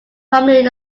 primarily